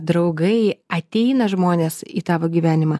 draugai ateina žmonės į tavo gyvenimą